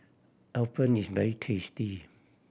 appam is very tasty